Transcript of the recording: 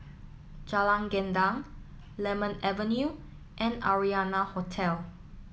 Jalan Gendang Lemon Avenue and Arianna Hotel